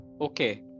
Okay